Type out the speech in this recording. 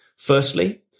Firstly